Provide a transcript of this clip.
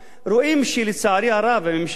שהממשלה שילשה,